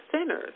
sinners